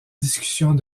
discussions